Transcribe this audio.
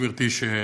גברתי,